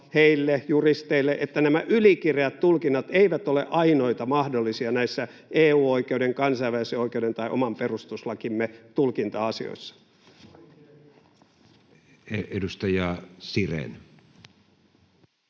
heille, juristeille, että nämä ylikireät tulkinnat eivät ole ainoita mahdollisia näissä EU-oikeuden, kansainvälisen oikeuden tai oman perustuslakimme tulkinta-asioissa? [Toimi